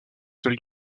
seul